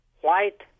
white